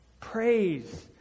praise